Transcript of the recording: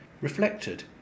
reflected